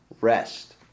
rest